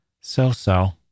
So-so